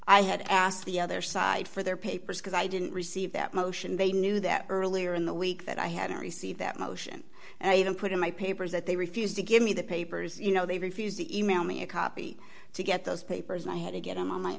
i had asked the other side for their papers because i didn't receive that motion they knew that earlier in the week that i hadn't received that motion and even put in my papers that they refused to give me the papers you know they refused to email me a copy to get those papers and i had to get them on my